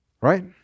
Right